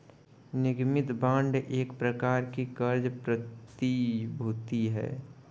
निगमित बांड एक प्रकार की क़र्ज़ प्रतिभूति है